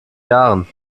jahren